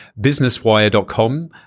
Businesswire.com